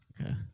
Okay